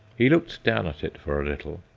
he looked down at it for a little,